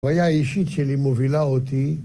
הבעיה האישית שלי מובילה אותי